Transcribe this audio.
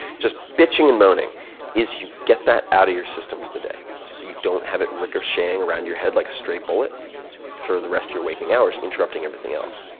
just bitching and moaning is you get that out of your system for the day so you don't have it ricocheting around your head like a stray bullet for the rest of your waking hours interrupting everything else.